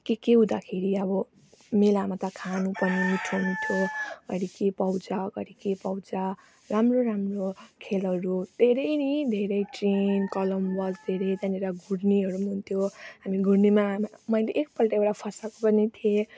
के के हुँदाखेरि अब मेलामा त खानु पर्ने मिठो मिठो घरी के पाउँछ घरी के पाउँछ राम्रो राम्रो खेलहरू धेरै नै धेरै ट्रेन कोलम वाल्क धेरै त्यहााँनेर घुर्नीहरू हुन्थ्यो हामी घुर्नीमा हामी मैले एक पल्ट मैले फँसाएको पनि थिएँ